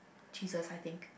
Jesus I think